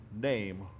name